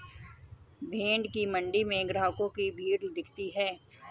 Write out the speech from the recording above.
भेंड़ की मण्डी में ग्राहकों की भीड़ दिखती है